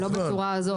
לא, לא בצורה הזאת.